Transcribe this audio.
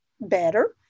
better